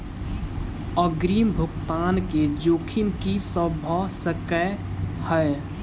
अग्रिम भुगतान केँ जोखिम की सब भऽ सकै हय?